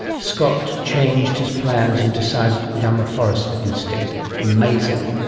scott changed his plans and decided to become a forester instead. amazing!